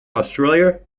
australia